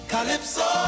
Calypso